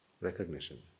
Recognition